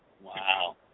Wow